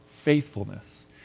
faithfulness